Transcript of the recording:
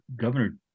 Governor